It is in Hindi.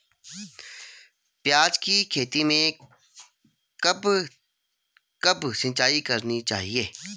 प्याज़ की खेती में कब कब सिंचाई करनी चाहिये?